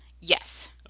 Yes